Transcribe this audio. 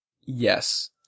Yes